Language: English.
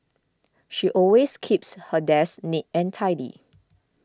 she always keeps her desk neat and tidy